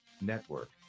Network